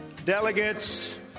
Delegates